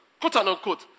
quote-unquote